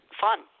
fun